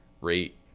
rate